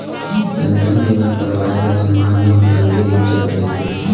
pension बीमा करवाए ले समाज म अलगे इज्जत रहिथे